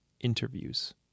interviews